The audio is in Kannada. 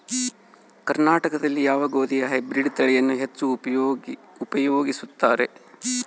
ಕರ್ನಾಟಕದಲ್ಲಿ ಯಾವ ಗೋಧಿಯ ಹೈಬ್ರಿಡ್ ತಳಿಯನ್ನು ಹೆಚ್ಚು ಉಪಯೋಗಿಸುತ್ತಾರೆ?